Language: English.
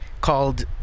Called